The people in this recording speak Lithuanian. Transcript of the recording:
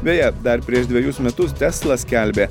beje dar prieš dvejus metus tesla skelbė